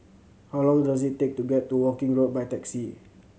how long does it take to get to Woking Road by taxi